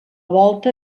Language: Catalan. volta